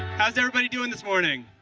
how's everybody doing this morning?